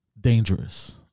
dangerous